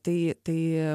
tai tai